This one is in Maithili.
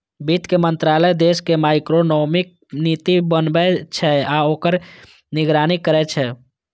वित्त मंत्रालय देशक मैक्रोइकोनॉमिक नीति बनबै छै आ ओकर निगरानी करै छै